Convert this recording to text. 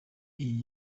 iyi